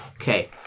Okay